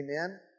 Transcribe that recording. Amen